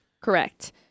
Correct